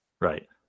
Right